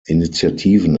initiativen